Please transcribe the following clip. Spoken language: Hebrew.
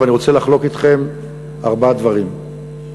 ואני רוצה לחלוק אתכם ארבעה דברים שבגללם